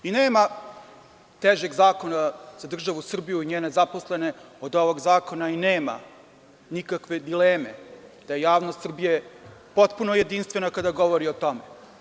Nema težeg zakona za državu Srbiju i njene zaposlene od ovog zakona i nema nikakve dileme da je javnost Srbije potpuno jedinstvena kada govori o tome.